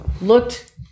looked